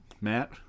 Matt